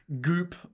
Goop